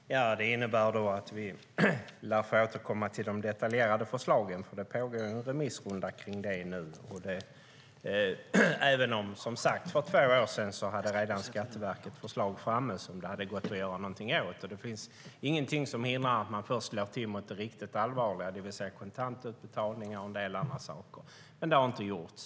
Herr talman! Det innebär då att vi får återkomma till de detaljerade förslagen. Det pågår ju en remissrunda nu. För två år sedan hade Skatteverket redan tagit fram förslag som det hade gått att använda. Det finns ingenting som hindrar att man först slår till mot de riktigt allvarliga överträdelserna, det vill säga kontantutbetalning och en del andra saker, men det har inte gjorts.